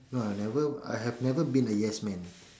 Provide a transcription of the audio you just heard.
no I never I have never been a yes man